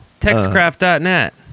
TextCraft.net